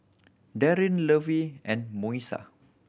Darin Lovey and Moesha